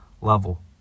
level